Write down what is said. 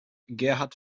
gerhard